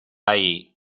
hay